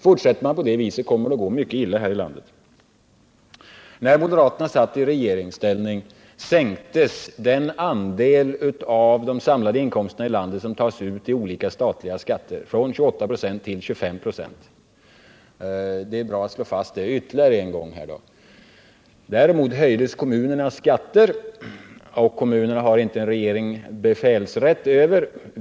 Fortsätter man på det viset kommer det att gå mycket illa här i landet. När moderaterna satt i regeringsställning sänktes den andel av de samlade inkomsterna i landet som tas ut via olika statliga skatter från 28 96 till 25 96. Det är bra att få slå fast det ytterligare en gång i dag. Däremot höjdes kommunernas skatter. Kommunerna har inte en regering befälsrätt över.